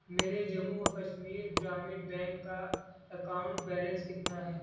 میرے جموں و کشمیر گرامین بینک کا اکاؤنٹ بیلینس کتنا ہے